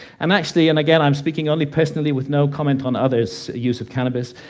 um actually, and again i'm speaking only personally with no comment on others' use of cannabis,